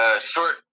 Short